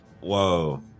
Whoa